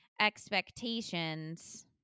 expectations